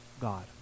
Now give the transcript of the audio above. God